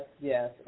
yes